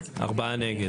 הצבעה בעד 3 נגד